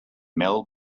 mel